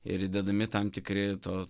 ir įdedami tam tikri to